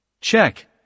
Check